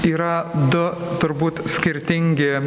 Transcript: yra du turbūt skirtingi